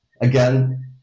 again